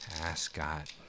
ascot